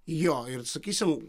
jo ir sakysim